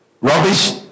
rubbish